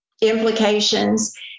implications